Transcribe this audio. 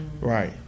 Right